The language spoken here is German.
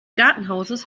gartenhauses